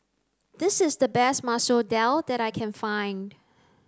this is the best Masoor Dal that I can find